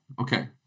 Okay